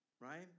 right